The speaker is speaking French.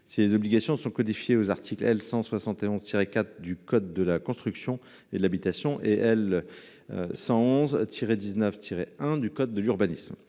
Ces obligations sont codifiées aux articles L. 171 4 du code de la construction et de l’habitation et L. 111 19 1 du code de l’urbanisme.